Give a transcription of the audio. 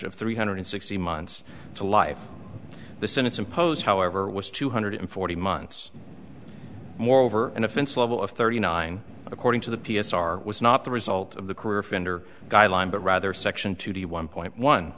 of three hundred sixty months to life the senate's imposed however was two hundred forty months moreover an offense level of thirty nine according to the p s r was not the result of the career offender guideline but rather section to the one point one